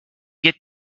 get